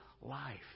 life